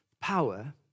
power